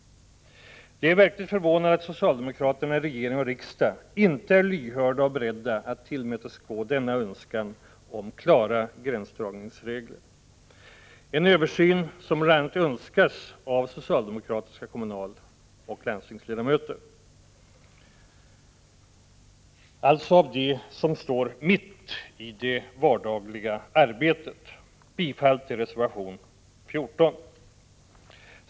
Det är verkligt förvånande att socialdemokraterna i regering och riksdag inte är lyhörda och beredda att tillmötesgå denna önskan om klara gränsdragningsregler. Det gäller en översyn som bl.a. önskas av socialdemokratiska kommunaloch landstingsledamöter, alltså av dem som står mitt i det vardagliga arbetet. Jag yrkar bifall till reservation 14.